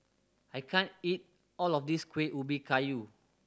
I can't eat all of this Kuih Ubi Kayu